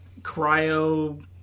cryo